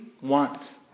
want